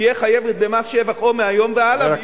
תהיה חייבת במס שבח או מהיום הלאה,